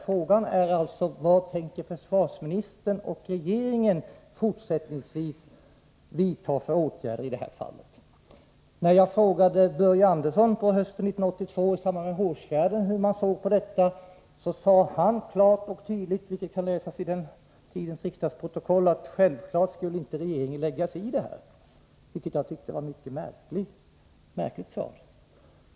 Frågan är vilka åtgärder försvarsministern och regeringen fortsättningsvis tänker vidta i det här fallet. När jag i samband med händelserna i Hårsfjärden 1982 frågade Börje Andersson hur regeringen såg på detta sade han klart och entydigt, vilket kan läsas i riksdagsprotokollet från den debatten, att regeringen självfallet inte skulle lägga sig i det. Jag tyckte detta var ett mycket märkligt svar.